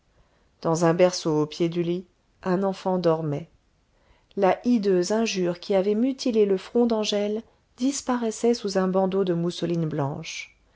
dans un berceau au pied du lit un enfant dormait la hideuse injure qui avait mutilé le front d'angèle disparaissait sous un bandeau de mousseline blanche